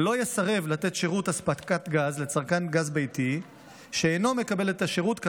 לא יסרב לתת שירות אספקת גז לצרכן גז ביתי שאינו מקבל את השירות כאמור,